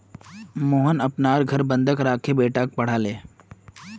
मोहन अपनार घर बंधक राखे बेटाक पढ़ाले